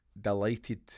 delighted